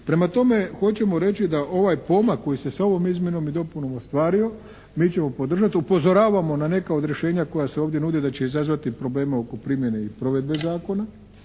Prema tome, hoćemo reći da ovaj pomak koji se sa ovim izmjenom i dopunom ostvario mi ćemo podržati. Upozoravamo na neka od rješenja koja se ovdje nude da će izazvati problema oko primjene i provedbe zakona,